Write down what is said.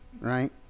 right